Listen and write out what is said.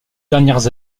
dernières